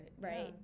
right